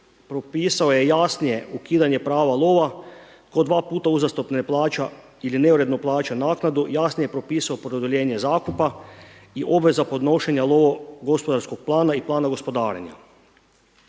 propisao je jasnije, ukidanje prava lova tko dva puta uzastopce ne plaća ili neuredno plaća naknadu jasnije propisao produljenje zakupa i obveza podnošenja lovogospodarskog plana i plana gospodarenja.